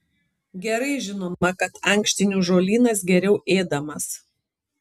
gerai žinoma kad ankštinių žolynas geriau ėdamas